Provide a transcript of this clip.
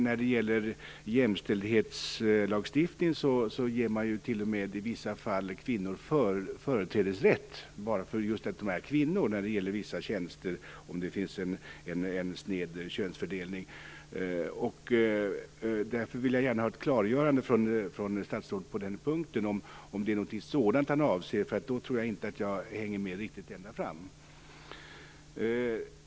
När det gäller jämställdhetslagstiftningen ger man i vissa fall, om det finns en sned könsfördelning, kvinnor t.o.m. företrädesrätt till vissa tjänster bara för att de är just kvinnor. Därför vill jag gärna ha ett klargörande från statsrådet på den punkten. Om det är något sådant han avser tror jag inte att jag hänger med riktigt ända fram.